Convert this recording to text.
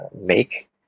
make